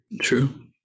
true